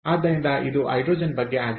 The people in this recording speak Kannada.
ಆದ್ದರಿಂದ ಇದು ಹೈಡ್ರೋಜನ್ ಬಗ್ಗೆ ಆಗಿದೆ